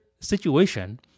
situation